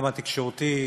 גם התקשורתי,